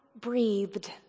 breathed